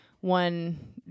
one